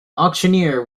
auctioneer